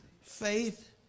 Faith